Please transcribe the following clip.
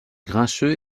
grincheux